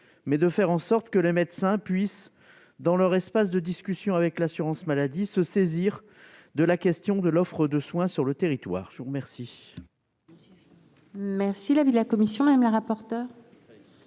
mais de faire en sorte que les médecins puissent, dans leur espace de discussion avec l'assurance maladie, se saisir de la question de l'offre de soins sur le territoire. Quel est l'avis de la commission ? L'amendement